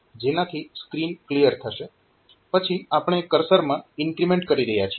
જેનાથી screen clear થશે પછી આપણે કર્સરમાં ઇન્ક્રીમેન્ટ કરી રહયા છીએ